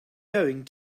going